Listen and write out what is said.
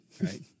right